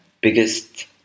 biggest